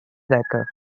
decker